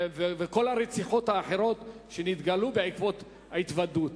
וכך כל הרציחות האחרות שנתגלו בעקבות ההתוודות.